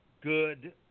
good